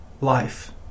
life